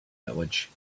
village